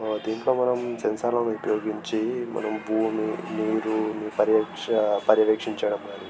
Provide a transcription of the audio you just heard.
దీంట్లో మనం సెన్సార్లను ఉపయోగించి మనం భూమి నీరు పర్యవేక్ష పర్యవేక్షించడం కాని